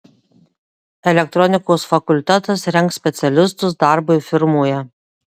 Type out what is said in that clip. elektronikos fakultetas rengs specialistus darbui firmoje